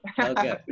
Okay